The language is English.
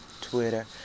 Twitter